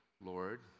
Lord